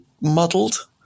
muddled